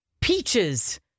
peaches